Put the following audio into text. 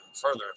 further